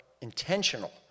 intentional